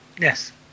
Yes